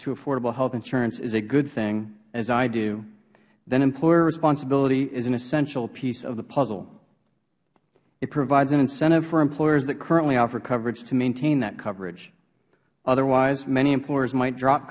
to affordable health insurance is a good thing as i do then employer responsibility is an essential piece of the puzzle it provides an incentive for employers that currently offer coverage to maintain that coverage otherwise many employers might drop